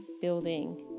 building